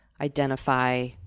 identify